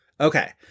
Okay